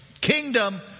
kingdom